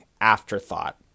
afterthought